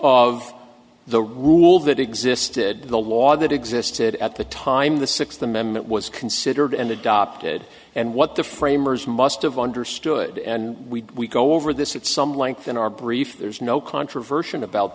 of the rule that existed the law that existed at the time the sixth amendment was considered and adopted and what the framers must have understood and we go over this at some length in our brief there's no controversial about